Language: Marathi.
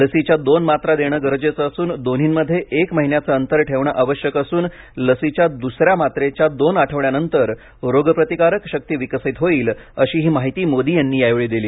लसीच्या दोन मात्रा देणे गरजेचं असून दोन्हीमध्ये एक महिन्याचे अंतर ठेवणे आवश्यक असून लसीच्या दुसऱ्या मात्रेच्या दोन आठवड्यांनंतर रोग प्रतिकारशक्ती विकसित होईल अशीही माहिती मोदी यांनी यावेळी दिली